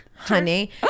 Honey